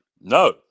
no